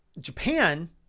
Japan